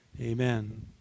Amen